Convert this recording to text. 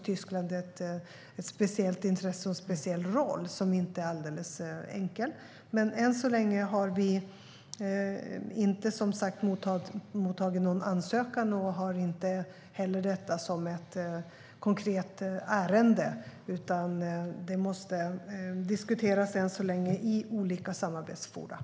Tyskland har ett speciellt intresse och en speciell roll, som inte är alldeles enkel. Vi har som sagt inte mottagit någon ansökan än så länge och har inte heller detta som ett konkret ärende. Det måste än så länge diskuteras i olika samarbetsforum.